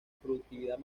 productividad